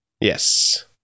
Yes